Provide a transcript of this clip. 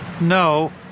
No